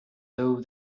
though